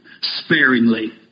sparingly